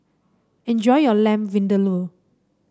enjoy your Lamb Vindaloo